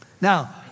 Now